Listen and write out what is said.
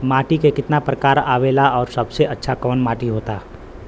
माटी के कितना प्रकार आवेला और सबसे अच्छा कवन माटी होता?